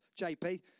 JP